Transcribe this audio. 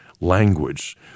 language